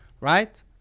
right